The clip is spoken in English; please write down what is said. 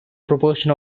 proportion